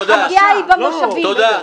הפגיעה היא במושבים,